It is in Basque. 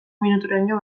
minuturaino